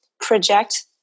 project